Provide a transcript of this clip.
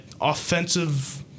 offensive